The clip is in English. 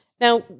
Now